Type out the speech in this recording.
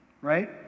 right